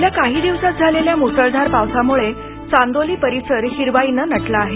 गेल्या काही दिवसांत झालेल्या मुसळधार पावसामुळे चांदोली परिसर हिरवाईनं नटला आहे